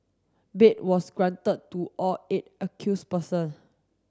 bail was granted to all eight accused person